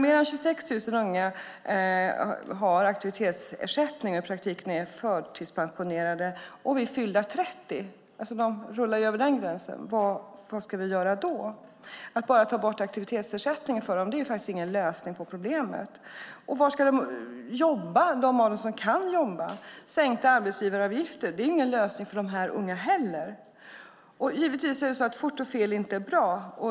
Mer än 26 000 unga har aktivitetsersättning och är i praktiken förtidspensionerade. Vid fyllda 30 rullar de över en gräns. Vad ska vi göra då? Att bara ta bort aktivitetsersättningen för dem är ingen lösning på problemet. Var ska de jobba, de som kan jobba? Sänkta arbetsgivaravgifter är inte heller någon lösning för de här unga. Fort och fel är givetvis inte bra.